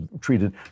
treated